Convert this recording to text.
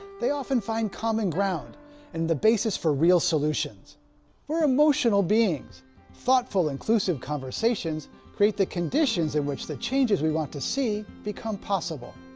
they often find common ground and the basis for real solutions we're emotional beings thoughtful inclusive conversations create the conditions in which the changes we want to see become possible.